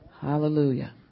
Hallelujah